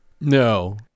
No